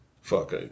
Fuck